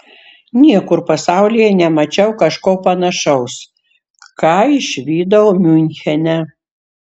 niekur pasaulyje nemačiau kažko panašaus ką išvydau miunchene